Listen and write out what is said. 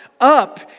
up